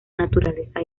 naturaleza